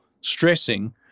stressing